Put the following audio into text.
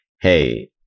hey